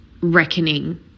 reckoning